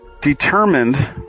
determined